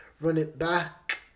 run-it-back